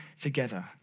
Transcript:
together